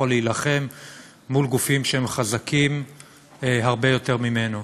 להילחם מול גופים שהם חזקים הרבה יותר ממנו.